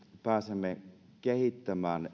pääsemme kehittämään